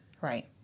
Right